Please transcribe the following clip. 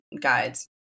guides